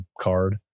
card